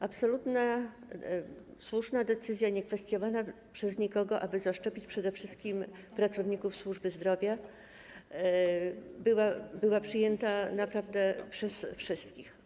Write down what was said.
Absolutnie słuszna decyzja, niekwestionowana przez nikogo, aby zaszczepić przede wszystkim pracowników służby zdrowia, była przyjęta naprawdę przez wszystkich.